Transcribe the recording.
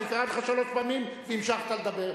אני קראתי לך שלוש פעמים והמשכת לדבר.